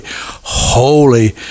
holy